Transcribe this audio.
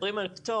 כשמדברים על פטור,